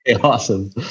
awesome